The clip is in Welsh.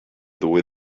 ddwy